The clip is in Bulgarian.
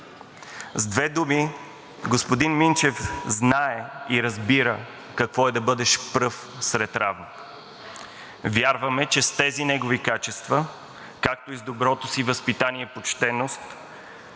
С две думи, господин Минчев знае и разбира какво е да бъдеш пръв сред равни. Вярваме, че с тези негови качества, както и с доброто си възпитание и почтеност,